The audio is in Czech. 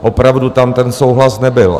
Opravdu tam ten souhlas nebyl.